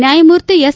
ನ್ಕಾಯಮೂರ್ತಿ S